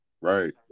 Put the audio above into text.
Right